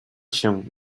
się